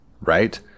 right